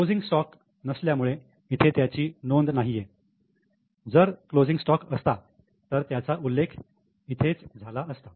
closing stock नसल्यामुळे इथे त्याची नोंद नाहीये जर असता तर त्याचा उल्लेख इथेच झाला असता